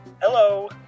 Hello